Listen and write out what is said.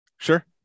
Sure